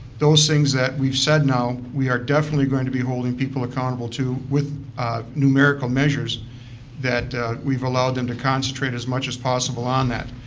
those things that we've said now we are definitely going to be holding people accountable to with numerical measures that we've allowed them to concentrate as much as possible on that.